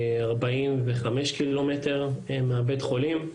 45 ק"מ מבית החולים.